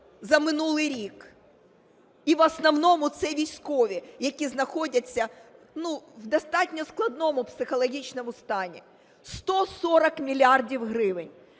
за минулий рік, і в основному це військові, які знаходяться в достатньо складному психологічному стані? 140 мільярдів гривень.